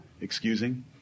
excusing